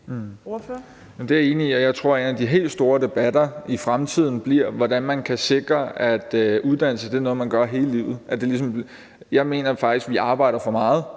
Det er jeg enig i. Jeg tror, at en af de helt store debatter i fremtiden kommer til at handle om, hvordan man kan sikre, at det at uddanne sig er noget, man gør hele livet. Jeg mener faktisk, at vi arbejder for meget